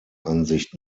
ansicht